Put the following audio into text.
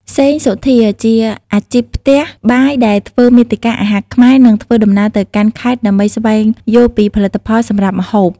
សេង សុធា ជាអាជីពផ្ទះបាយដែលធ្វើមាតិកា អាហារខ្មែរ និងធ្វើដំណើរទៅកាន់ខេត្តដើម្បីស្វែងយល់ពីផលិតផលសម្រាប់ម្ហូប។